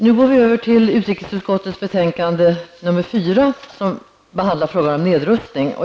Nu går jag över till utrikesutskottets betänkande 4, som handlar om nedrustning.